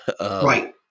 Right